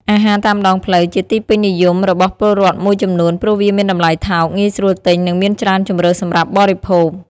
អាហារតាមដងផ្លូវ ជាទីពេញនិយមរបស់ពលរដ្ឋមួយចំនួន ព្រោះវាមានតម្លៃថោក ងាយស្រួលទិញ និងមានច្រើនជម្រើសសម្រាប់បរិភោគ។